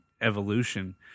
evolution